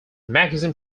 magazine